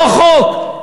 לא חוק.